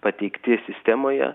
pateikti sistemoje